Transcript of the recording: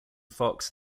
fox